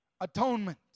Atonement